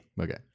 Okay